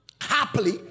Happily